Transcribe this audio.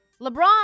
LeBron